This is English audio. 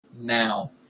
Now